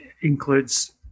includes